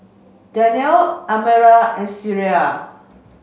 Danial Amirah and Syirah